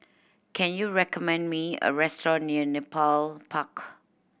can you recommend me a restaurant near Nepal Park